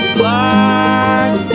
black